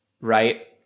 Right